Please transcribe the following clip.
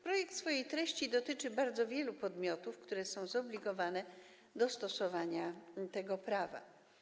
Projekt w swojej treści dotyczy bardzo wielu podmiotów, które są zobligowane do stosowania tego prawa.